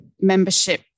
membership